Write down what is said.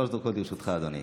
שלוש דקות לרשותך, אדוני.